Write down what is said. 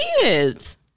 kids